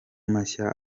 mashya